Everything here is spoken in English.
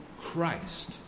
Christ